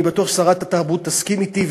אני בטוח ששרת התרבות תסכים אתי,